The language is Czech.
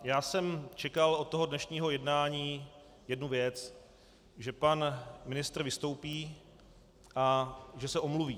Já jsem čekal od toho dnešního jednání jednu věc: že pan ministr vystoupí a že se omluví.